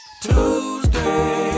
Tuesday